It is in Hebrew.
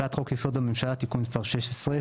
הצעת חוק-יסוד: הממשלה (תיקון מס' 16)